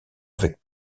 avec